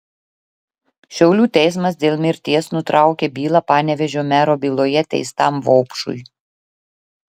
šiaulių teismas dėl mirties nutraukė bylą panevėžio mero byloje teistam vaupšui